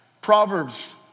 Proverbs